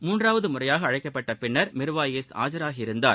மூன்றாவது முறையாக அழைக்கப்பட்ட பின் மிர்வாயிஸ் ஆஜராகி இருந்தார்